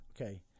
Okay